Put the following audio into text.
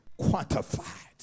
quantified